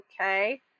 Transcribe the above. okay